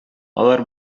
алар